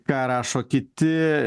ką rašo kiti